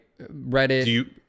Reddit